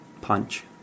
punch